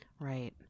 Right